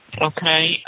Okay